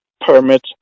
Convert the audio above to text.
permits